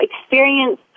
experience